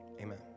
amen